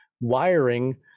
wiring